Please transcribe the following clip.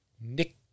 Nick